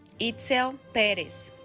itzel perez